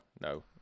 no